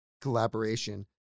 collaboration